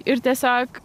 ir tiesiog